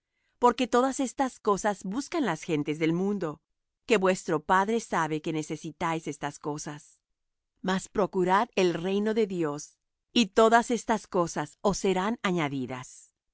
porque todas estas cosas buscan las gentes del mundo que vuestro padre sabe que necesitáis estas cosas mas procurad el reino de dios y todas estas cosas os serán añadidas no